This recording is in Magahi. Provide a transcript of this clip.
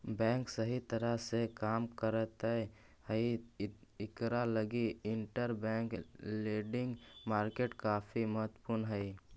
बैंक सही तरह से काम करैत हई इकरा लगी इंटरबैंक लेंडिंग मार्केट काफी महत्वपूर्ण हई